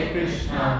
Krishna